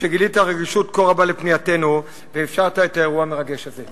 שגילית רגישות כה רבה לפנייתנו ואפשרת את האירוע המרגש הזה.